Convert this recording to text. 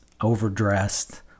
overdressed